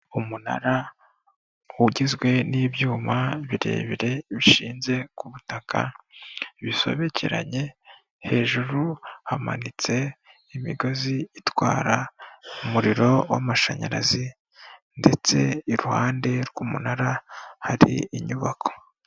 Umunara ugizwe n'ibyuma birebire bishinze ku butaka, bisobekeranye hejuru hamanitse imigozi itwara umuriro w'amashanyarazi, ndetse iruhande rw'umunara hari inyubako.